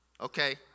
Okay